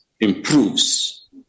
improves